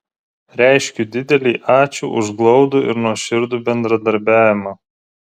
reiškiu didelį ačiū už glaudų ir nuoširdų bendradarbiavimą